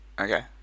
okay